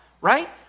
right